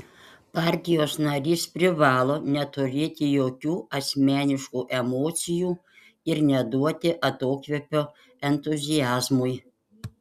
partijos narys privalo neturėti jokių asmeniškų emocijų ir neduoti atokvėpio entuziazmui